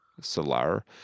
Solar